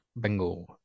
Bingo